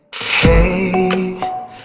Hey